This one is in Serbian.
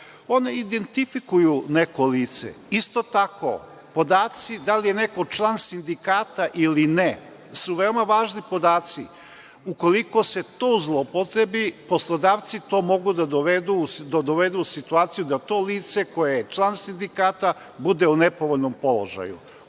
Oni identifikuju neko lice. Isto tako, podaci da li je neko član sindikata ili ne su veoma važni podaci. Ukoliko se to zloupotrebi, poslodavci to mogu da dovedu u situaciju da to lice koje je član sindikata bude u nepovoljnom položaju. Upravo